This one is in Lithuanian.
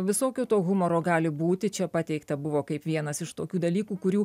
visokio to humoro gali būti čia pateikta buvo kaip vienas iš tokių dalykų kurių